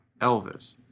Elvis